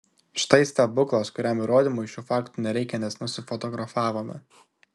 štai stebuklas kuriam įrodymui šių faktų nereikia nes nusifotografavome